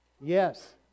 Yes